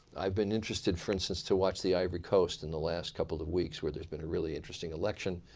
i've been interested for instance to watch the ivory coast in the last couple of weeks where there's been a really interesting election,